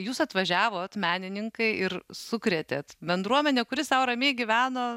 jūs atvažiavot menininkai ir sukrėtėt bendruomenę kuri sau ramiai gyveno